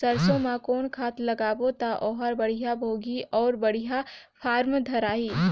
सरसो मा कौन खाद लगाबो ता ओहार बेडिया भोगही अउ बेडिया फारम धारही?